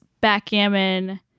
backgammon